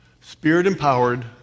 Spirit-empowered